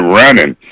running